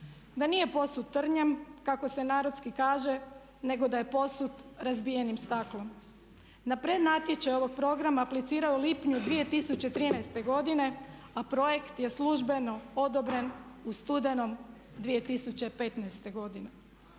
„Da nije posut trnjem kako se narodski kaže nego da je posut razbijenim staklom.“ Na prednatječaj ovog programa aplicirao je u lipnju 2013. godine, a projekt je službeno odobren u studenom 2015. godine.